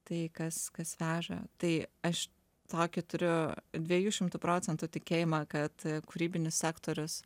tai kas kas veža tai aš tokį turiu dviejų šimtų procentų tikėjimą kad kūrybinis sektorius